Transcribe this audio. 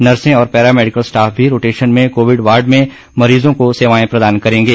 नर्सें और paramedical staff भी रोटेशन में कोविड वार्ड में मरीजों को सेवाएं प्रदान करेंगे